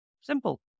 Simple